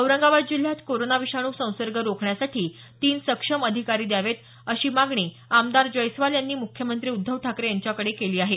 औरंगाबाद जिल्ह्यात कोरोना विषाणू संसर्ग रोखण्यासाठी तीन सक्षम अधिकारी द्यावा अशी मागणी आमदार जैस्वाल यांनी मुख्यमंत्री उद्धव ठाकरे यांच्याकडे केली आहे